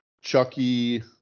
Chucky